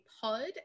pod